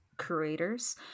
Creators